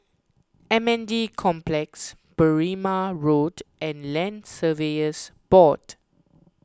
M N D Complex Berrima Road and Land Surveyors Board